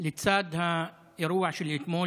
לצד האירוע של אתמול,